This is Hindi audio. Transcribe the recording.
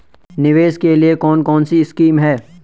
निवेश के लिए कौन कौनसी स्कीम हैं?